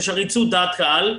יש עריצות דעת קהל,